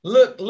Look